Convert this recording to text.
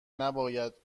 نباید